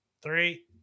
Three